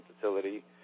facility